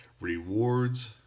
Rewards